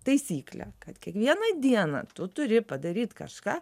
taisyklę kad kiekvieną dieną tu turi padaryt kažką